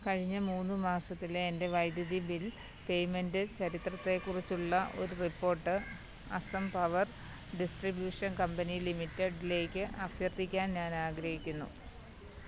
കഴിഞ്ഞ മൂന്ന് മാസത്തിലെ എൻ്റെ വൈദ്യുതി ബിൽ പേയ്മെൻ്റ് ചരിത്രത്തെ കുറിച്ചുള്ള ഒരു report Assam power distribution company ലിമിറ്റഡിലേക്ക് അഭ്യർത്ഥിക്കാൻ ഞാൻ ആഗ്രഹിക്കുന്നു